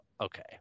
okay